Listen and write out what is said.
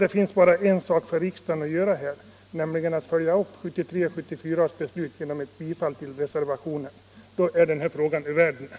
Det finns bara en sak för riksdagen att göra, nämligen att följa upp 1973 och 1974 års beslut genom ett bifall till reservationen nr 25. Då är den här frågan ur världen.